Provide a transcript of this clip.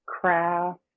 Craft